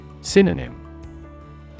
Synonym